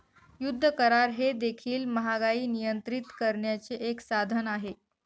युद्ध करार हे देखील महागाई नियंत्रित करण्याचे एक साधन आहे